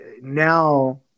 Now